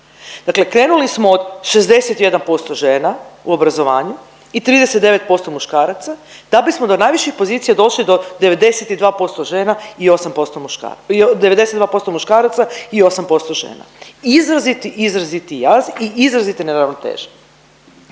Dakle krenuli smo od 61% žena u obrazovanju i 39% muškaraca da bismo do najviših pozicija došli do 92% žena i 8% muška…, 92% muškaraca i 8% žena, izraziti, izraziti jaz i izrazite neravnoteže.